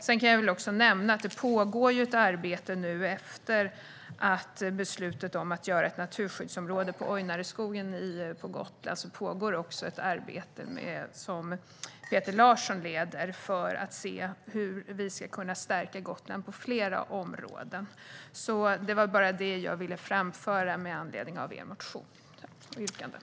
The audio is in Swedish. Jag kan väl också nämna att det efter beslutet om att göra Ojnareskogen på Gotland till ett naturskyddsområde pågår ett arbete, som Peter Larsson leder, för att se hur vi ska kunna stärka Gotland på flera områden. Det var bara det jag ville framföra med anledning av er motion och yrkandet.